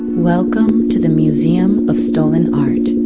welcome to the museum of stolen art.